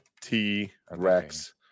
T-Rex